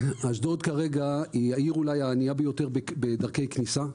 זאת העיר הענייה ביותר בדרכי כניסה.